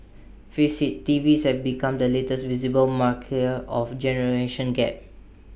face IT T Vs have become the latest visible marker of generation gap